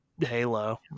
Halo